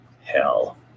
hell